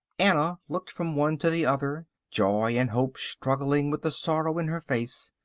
anna looked from one to the other, joy and hope struggling with the sorrow in her face.